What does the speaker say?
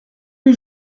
les